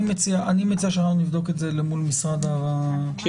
אני מציע שאנחנו נבדוק את זה מול משרד הכלכלה.